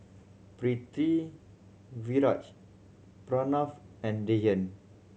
Pritiviraj Pranav and Dhyan